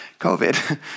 COVID